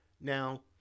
Now